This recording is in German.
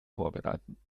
vorbereiten